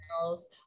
girls